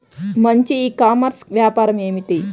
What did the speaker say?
మంచి e commerce వ్యాపారం ఏమిటీ?